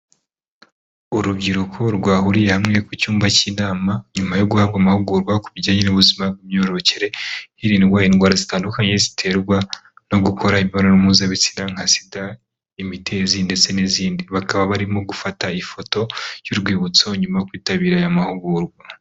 Urubyiruko rwahuriye hamwe ku cyumba cy'inama, nyuma yo guhabwa amahugurwa ku bijyanye n'ubuzima bw'imyororokere, hirindwa indwara zitandukanye ziterwa no gukora imibonano mpuzabitsina nka SIDA, imitezi ndetse n'izindi, bakaba barimo gufata ifoto y'urwibutso nyuma yo kwitabira aya mahugurwa.